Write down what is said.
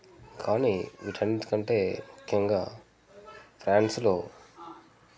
కానీ వీటన్నికంటే ముఖ్యంగా ప్రాన్స్లో